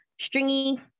stringy